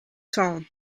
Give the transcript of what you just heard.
town